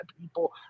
people